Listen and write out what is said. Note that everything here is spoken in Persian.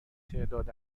تعداد